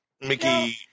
Mickey